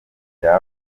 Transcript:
rya